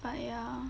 but ya